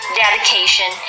dedication